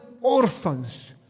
orphans